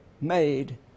made